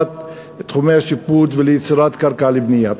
תחומי השיפוט וליצירת קרקע לבנייה.